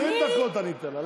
20 דקות אני אתן לה.